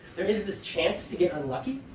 there is this chance to get unlucky.